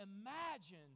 imagine